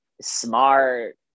smart